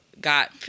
got –